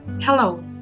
Hello